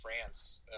France